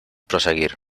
proseguir